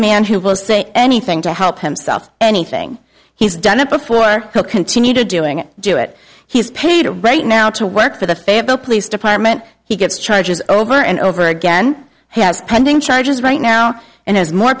man who will say anything to help himself anything he's done it before continue doing do it he's paid right now to work for the fayetteville police department he gets charges over and over again he has pending charges right now and has more